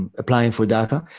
ah applying for daca.